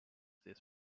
these